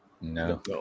No